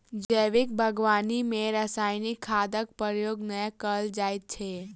जैविक बागवानी मे रासायनिक खादक प्रयोग नै कयल जाइत छै